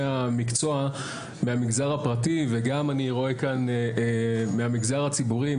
המקצוע מהמגזר הפרטי וגם אני רואה כאן מהמגזר הציבורי,